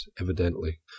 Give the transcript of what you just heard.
evidently